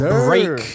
break